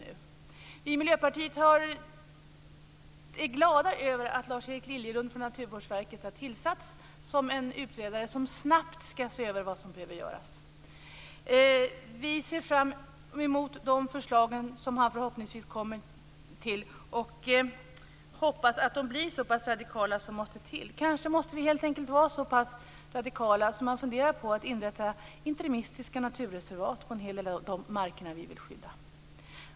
Vi i Miljöpartiet är glada över att Lars-Erik Liljelund från Naturvårdsverket har tillsatts för att snabbt utreda vad som behöver göras. Vi ser fram emot de förslag som förhoppningsvis kommer. Vidare hoppas vi att de förslagen blir så radikala som de måste vara. Kanske måste vi helt enkelt vara så pass radikala att vi funderar över att inrätta interimistiska naturreservat på en hel del av de marker som vi vill skydda.